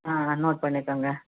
ஆ note பண்ணிக்கோங்க